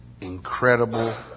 incredible